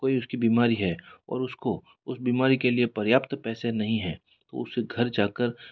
कोई उसकी बीमारी है और उसको उस बीमारी के लिए पर्याप्त पैसे नहीं हैं तो उसे घर जाकर